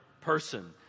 person